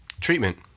Treatment